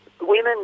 women